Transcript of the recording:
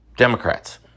Democrats